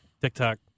TikTok